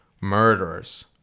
murderers